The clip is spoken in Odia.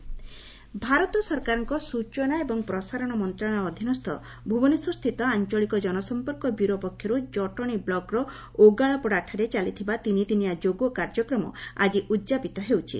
ଯୋଗ କାଯ୍ୟକ୍ରମ ଭାରତ ସରକାରଙ୍କ ସୂଚନା ଏବଂ ପ୍ରସାରଣ ମନ୍ତଶାଳୟ ଅଧୀନସ୍ର ଭୁବନେଶ୍ୱରସ୍ତିତ ଆଞଳିକ ଜନସମ୍ମର୍କ ବ୍ୟୁରୋ ପକ୍ଷରୁ ଜଟଶୀ ବ୍ଲକର ଓଗାଳପଡାଠାରେ ଚାଲିଥିବା ତିନିଦିନିଆ ଯୋଗ କାର୍ଯ୍ୟକ୍ରମ ଆଜି ଉଦ୍ଯାପିତ ହେଉଛି